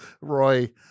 Roy